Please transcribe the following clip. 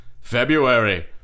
February